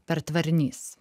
per tvarinys